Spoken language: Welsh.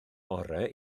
orau